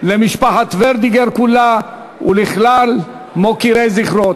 למשפחת ורדיגר כולה ולכלל מוקירי זכרו.